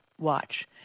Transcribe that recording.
Watch